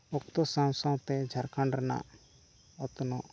ᱚᱠᱛᱚ ᱥᱟᱶ ᱥᱟᱶᱛᱮ ᱡᱷᱟᱲᱠᱷᱚᱸᱰ ᱨᱮᱱᱟᱜ ᱚᱛᱱᱚᱜ